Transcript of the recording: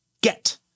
get